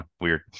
Weird